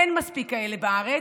אין מספיק כאלה בארץ.